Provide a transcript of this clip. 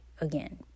again